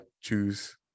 choose